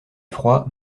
froid